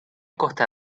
costa